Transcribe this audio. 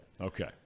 Okay